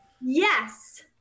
Yes